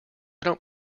don’t